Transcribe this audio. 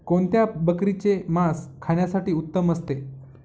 कोणत्या बकरीचे मास खाण्यासाठी उत्तम असते?